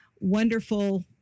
wonderful